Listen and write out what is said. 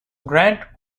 grant